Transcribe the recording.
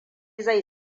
zai